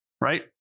Right